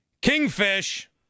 Kingfish